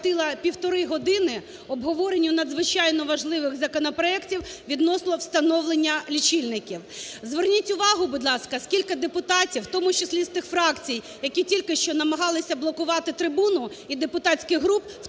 півтори години обговоренню надзвичайно важливих законопроектів відносно встановлення лічильників. Зверніть увагу, будь ласка, скільки депутатів, в тому числі з тих фракцій, які тільки що намагалися блокувати трибуну, і депутатських груп,